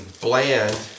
bland